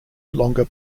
longer